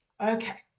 Okay